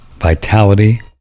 vitality